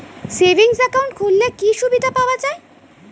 Savings account খুললে কি সুবিধা পাওয়া যায়?